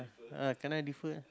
ah cannot defer ah